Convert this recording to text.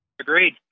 Agreed